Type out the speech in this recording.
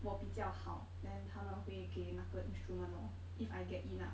我比较好 then 他们会给那个 instrument lor if I get in ah